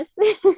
yes